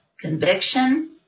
conviction